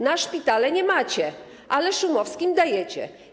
Na szpitale nie macie, ale Szumowskim dajecie.